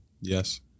yes